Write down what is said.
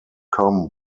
com